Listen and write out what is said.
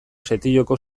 setioko